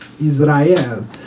Israel